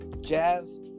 jazz